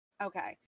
Okay